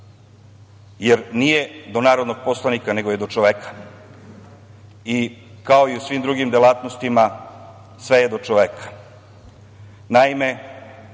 jer nije do narodnog poslanika nego je do čoveka. Kao i u svim drugim delatnostima, sve je do čoveka. Naime,